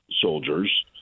soldiers